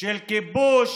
של כיבוש